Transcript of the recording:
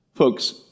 Folks